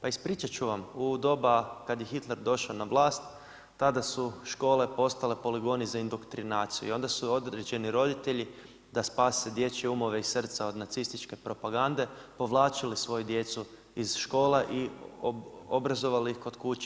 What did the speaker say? Pa ispričat ću vam, u doba kada je Hitler došao na vlast, tada su škole postale poligoni za indoktrinaciju i onda su određeni roditelji da spase dječje umove i srca od nacističke propagande, povlačili svoju djecu iz škola i obrazovali ih kod kuće.